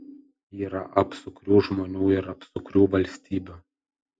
yra apsukrių žmonių ir apsukrių valstybių